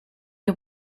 you